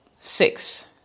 Six